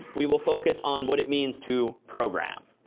we will focus on what it means to program.